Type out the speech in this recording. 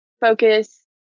focus